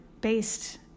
based